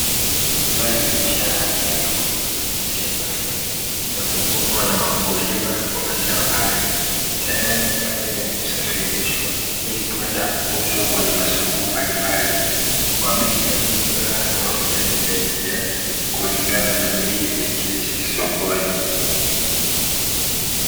Mazao ya biashara yaliyokomaa vizuri shambani na kufunwa na wakulima wamezaa hayo, tayari kwa ajili ya kusafirishwa ili kwenda kuuzwa kwenye masoko mbalimbali, kwa bei ya jumla kulingana na bei sokoni.